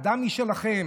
אדם משלכם,